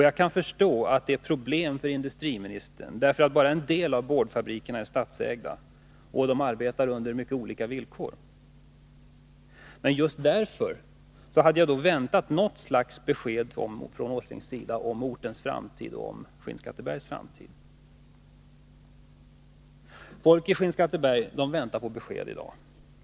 Jag kan förstå att det är problematiskt för industriministern, eftersom bara en del av boardfabrikerna är statsägda och de arbetar under mycket olika villkor. Men just därför hade jag väntat mig något slags besked från Nils Åsling om Skinnskattebergs framtid. Människorna i Skinnskatteberg väntar på besked i dag.